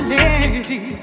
lady